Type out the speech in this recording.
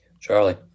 Charlie